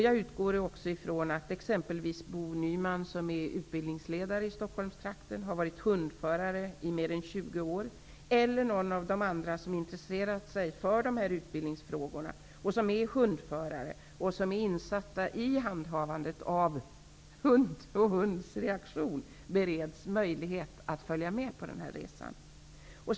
Jag utgår från att exempelvis Bo Nyman, som är utbildningsledare här i Stockholmstrakten och som varit hundförare i mer än 20 år, eller någon av dem som intresserat sig för de här utbildningsfrågorna och som är hundförare och således insatta i handhavandet av hund och i en hunds reaktioner bereds möjlighet att följa med på nämnda resa.